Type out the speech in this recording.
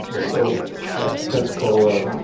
so after pensacola,